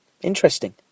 Interesting